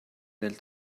del